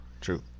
True